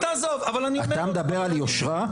אתה מדבר על יושרה?